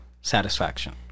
satisfaction